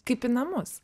kaip į namus